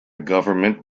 government